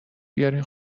بیارین